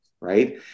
right